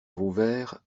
vauvert